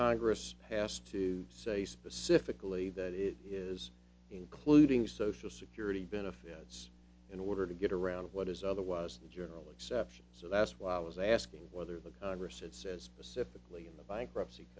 congress has to say specifically that it is including social security benefits in order to get around what is otherwise a general exception so that's why i was asking whether the congress it says specifically in the bankruptcy